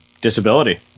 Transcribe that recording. disability